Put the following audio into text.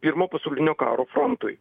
pirmo pasaulinio karo frontui